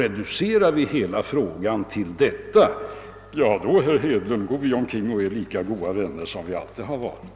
Reducerar vi hela frågan till detta, herr Hedlund, ja, då går vi omkring och är lika goda vänner som vi alltid har varit!